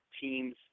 teams